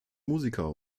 musiker